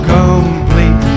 complete